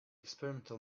experimental